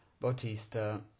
Bautista